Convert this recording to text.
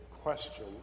question